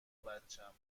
بچم